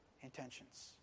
intentions